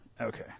Okay